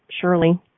surely